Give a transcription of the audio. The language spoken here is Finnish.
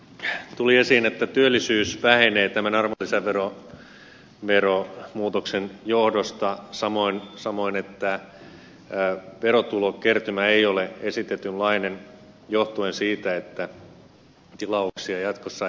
tässä tuli esiin että työllisyys vähenee tämän arvonlisäveromuutoksen johdosta samoin että verotulokertymä ei ole esitetynlainen johtuen siitä että tilauksia jatkossa ei tehdä